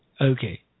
Okay